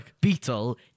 beetle